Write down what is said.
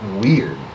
weird